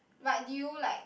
but did you like